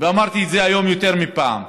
ואמרתי את זה היום יותר מפעם אחת.